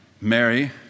Mary